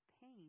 pain